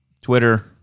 Twitter